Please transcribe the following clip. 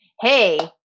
hey